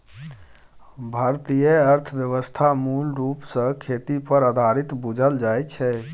भारतीय अर्थव्यवस्था मूल रूप सँ खेती पर आधारित बुझल जाइ छै